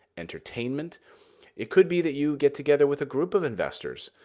entertainment it could be that you get together with a group of investors.